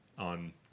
on